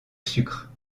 sucre